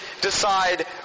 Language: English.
decide